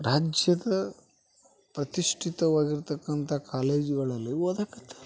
ರಾಜ್ಯದ ಪ್ರತಿಷ್ಠಿತವಾಗಿರತಕ್ಕಂಥ ಕಾಲೇಜುಗಳಲ್ಲೂ ಓದಕತ್ತಾರ